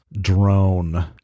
drone